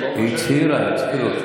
היא הצהירה.